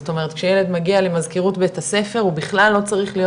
זאת אומרת שהילד מגיע למזכירות בית הספר הוא בכלל לא צריך להיות